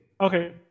Okay